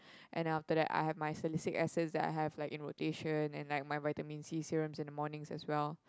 and then after that I have my salicylic acids that I have like in rotation and like my vitamin C serums in the mornings as well